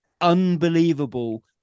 unbelievable